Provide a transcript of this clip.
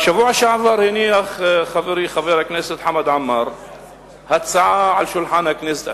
בשבוע שעבר הניח חברי חבר הכנסת חמד עמאר הצעה על שולחן הכנסת.